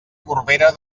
corbera